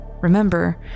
Remember